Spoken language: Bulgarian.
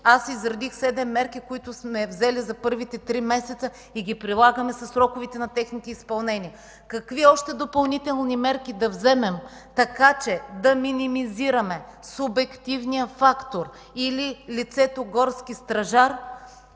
Аз изредих седем мерки, които сме взели за първите три месеца, и ги прилагаме със сроковете на техните изпълнения. Какви още допълнителни мерки да вземем, така че да минимизираме субективния фактор или лицето горски стражар,